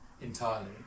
entirely